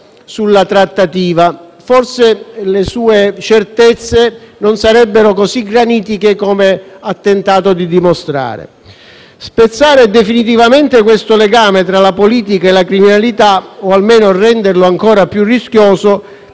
sulla trattativa: forse le sue certezze non sarebbero così granitiche come ha tentato di dimostrare. Spezzare definitivamente questo legame tra la politica e la criminalità, o almeno renderlo ancora più rischioso,